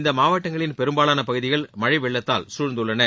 இந்த மாவட்டங்களின் பெரும்பாலான பகுதிகள் மழை வெள்ளத்தால் சூழ்ந்துள்ளன